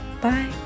Bye